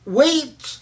wait